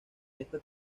esta